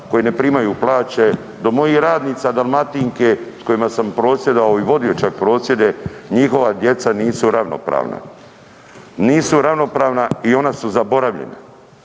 koji ne primaju plaće do mojih radnica Dalmatinke s kojima sam prosvjedovao i vodio čak prosvjede, njihova djeca nisu ravnopravna. Nisu ravnopravna i ona su zaboravljena.